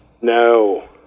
No